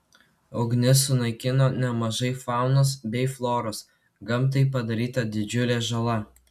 ugnis sunaikino nemažai faunos bei floros gamtai padaryta didžiulė žala